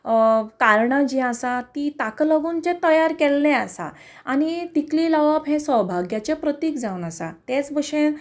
कारणां जीं आसा तीं ताका लागून जे तयार केल्लें आसा आनी तिकली लावप हें सौभाग्याचें प्रतीक जावन आसा तेच भशेन